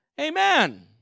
Amen